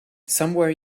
somewhere